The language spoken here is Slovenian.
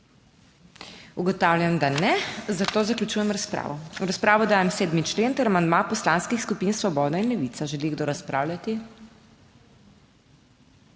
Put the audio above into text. Ugotavljam, da ne, zato zaključujem razpravo. V razpravo dajem 7. člen ter amandma poslanskih skupin Svoboda in Levica. Želi kdo razpravljati?